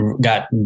got